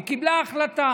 והיא קיבלה החלטה